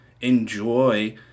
enjoy